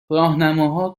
راهنماها